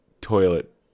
toilet